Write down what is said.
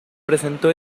presentó